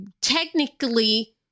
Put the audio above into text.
technically